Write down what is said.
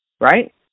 Right